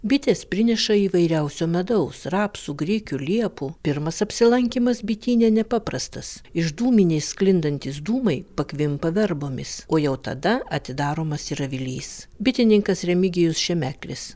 bitės prineša įvairiausio medaus rapsų grikių liepų pirmas apsilankymas bityne nepaprastas iš dūminės sklindantys dūmai pakvimpa verbomis o jau tada atidaromas ir avilys bitininkas remigijus šemeklis